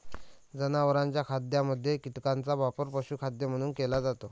जनावरांच्या खाद्यामध्ये कीटकांचा वापर पशुखाद्य म्हणून केला जातो